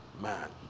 man